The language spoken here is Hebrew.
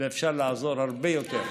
ואפשר לעזור הרבה יותר.